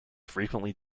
frequently